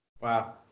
Wow